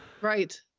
Right